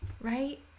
right